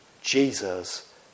Jesus